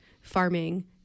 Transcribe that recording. farming